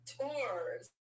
tours